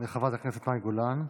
תודה רבה לחברת הכנסת מאי גולן.